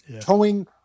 towing